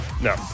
no